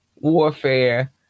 warfare